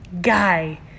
Guy